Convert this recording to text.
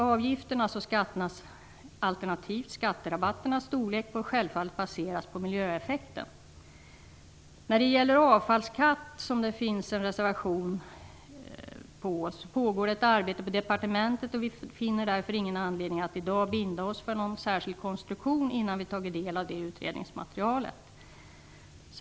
Avgifternas och skatternas, alternativt skatterabatternas, storlek bör självfallet baseras på miljöeffekten. När det gäller avfallsskatt, som det finns en reservation om, pågår det ett arbete på departementet, och vi finner därför ingen anledning att i dag binda oss för någon särskild konstruktion innan vi tagit del av utredningsmaterialet.